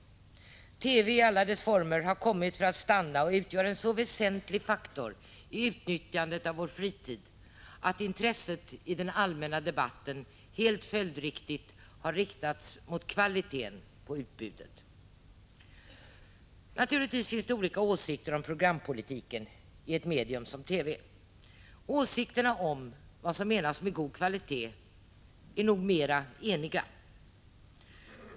1985/86:160 = TVi alla dess former har kommit för att stanna och utgör en så väsentlig faktor i utnyttjandet av vår fritid att intresset i den allmänna debatten helt följdriktigt riktats mot kvaliteten på utbudet. Naturligtvis finns det olika åsikter om programpolitiken i fråga om ett medium som TV. Åsikterna om vad som menas med god kvalitet är nog mera eniga.